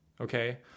okay